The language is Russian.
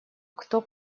кто